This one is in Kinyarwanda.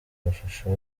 amashusho